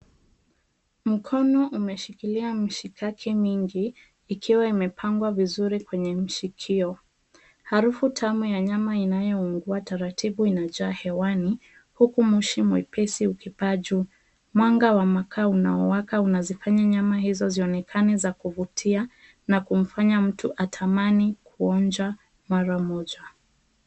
Mkono umeshikilia mishkaki mingi ikiwa imepangwa vizuri kwenye mshikio, harufu tamu ya nyama inayoungua taratibu inajaa hewani huku moshi mwepesi ukipaa juu. Mwanga wa makaa unaowaka unazifanya nyama hizo zionekane za kuvutia na kumfanya mtu atamani kuonja mara moja.